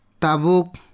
Tabuk